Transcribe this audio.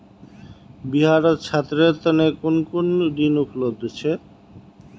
बिहारत छात्रेर तने कुन कुन ऋण उपलब्ध छे